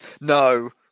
No